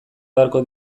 beharko